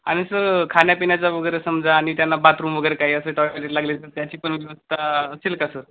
आणि सर खाण्यापिण्याचा वगैरे समजा आणि त्यांना बाथरूम वगैरे काही असे टॉयले लागले तर त्याची पण व्यवस्था असेल का सर